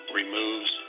removes